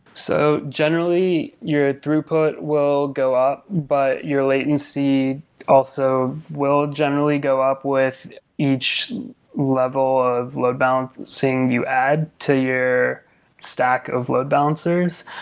so generally, your throughput will go up but your latency also will generally go up with each level of load-balancing you you add to your stack of load balancers.